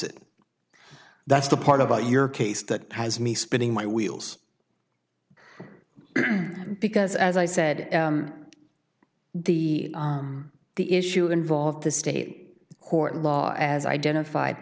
it that's the part about your case that has me spinning my wheels because as i said the the issue involved the state court law as identified